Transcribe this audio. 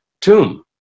tomb